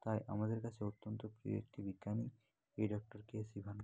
তাই আমাদের কাছে অত্যন্ত প্রিয় একটি বিজ্ঞানী এই ডক্টর কে শিবন